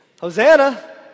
Hosanna